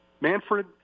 Manfred